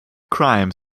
crime